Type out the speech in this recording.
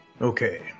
Okay